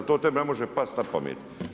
To tebi ne može past na pamet.